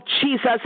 jesus